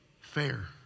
fair